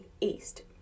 east